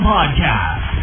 Podcast